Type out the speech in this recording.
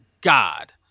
God